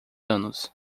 anos